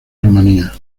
rumania